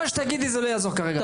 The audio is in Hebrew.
מה שתגידי זה לא יעזור כרגע.